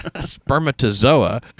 Spermatozoa